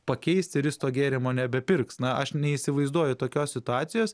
pakeisti ir is to gėrimo nebepirks na aš neįsivaizduoju tokios situacijos